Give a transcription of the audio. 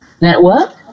Network